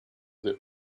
the